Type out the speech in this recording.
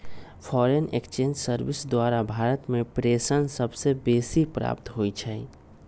foreign exchange service द्वारा भारत में प्रेषण सबसे बेसी प्राप्त होई छै